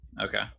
Okay